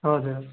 हजुर हजुर